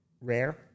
Rare